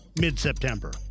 mid-September